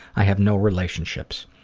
i have no relationships.